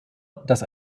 das